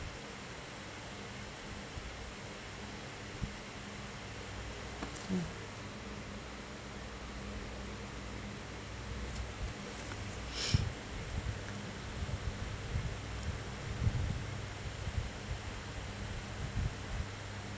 mm